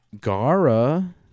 Gara